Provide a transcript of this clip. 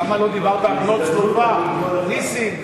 למה לא דיברת על בנות צלופחד, נסים?